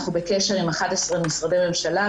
אנחנו בקשר עם 11 משרדי ממשלה,